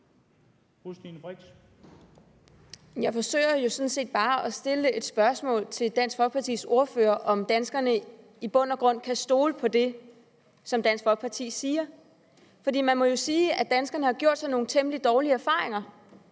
Jeg forsøger jo sådan set bare at stille et spørgsmål til Dansk Folkepartis ordfører om, om danskerne i bund og grund kan stole på det, som Dansk Folkeparti siger. For man må sige, at danskerne har gjort sig nogle temmelig dårlige erfaringer,